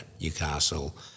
Newcastle